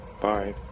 bye